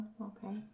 Okay